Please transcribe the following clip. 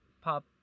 pop